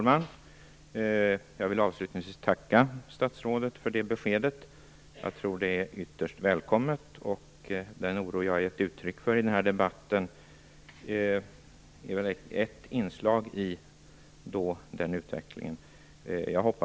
Fru talman! Avslutningsvis vill jag tacka statsrådet för detta besked. Jag tror att det är ytterst välkommet. Den oro som jag har gett uttryck för i den här debatten är väl ett inslag i den utvecklingen.